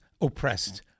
oppressed